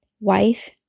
wife